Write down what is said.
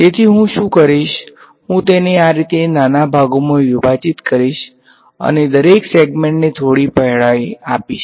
તેથી હું શું કરીશ કે હું તેને આ રીતે નાના ભાગોમાં વિભાજિત કરીશ અને દરેક સેગમેન્ટને થોડી પહોળાઈ આપીશ